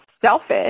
selfish